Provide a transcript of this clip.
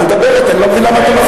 ציפי, זו שלנו זו גם כן.